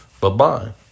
Bye-bye